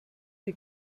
die